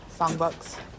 songbooks